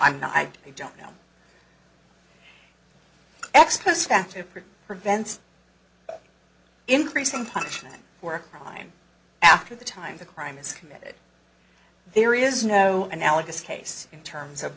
i'm not i don't know ex post facto prevents increasing punishment or time after the time the crime is committed there is no analogous case in terms of